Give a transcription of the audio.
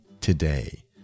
today